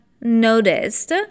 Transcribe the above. noticed